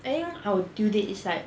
I think one our due date is like